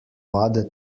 pade